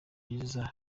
byiza